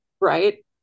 Right